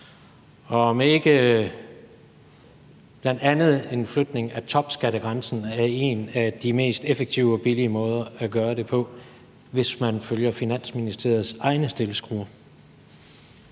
og om ikke bl.a. en flytning af topskattegrænsen er en af de mest effektive og billige måder at gøre det på, hvis man følger Finansministeriets egne stilleskruer.